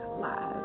Live